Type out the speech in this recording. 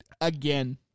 again